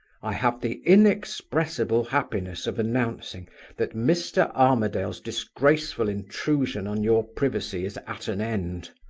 i have the inexpressible happiness of announcing that mr. armadale's disgraceful intrusion on your privacy is at an end.